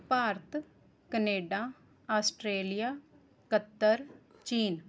Bharat Canada Australia Qatar ਚੀਨ